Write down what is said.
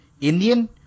Indian